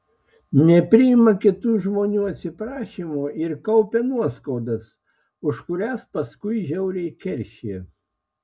nepriima kitų žmonių atsiprašymo ir kaupia nuoskaudas už kurias paskui žiauriai keršija